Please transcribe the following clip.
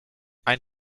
ein